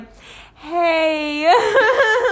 hey